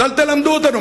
אז אל תלמדו אותנו.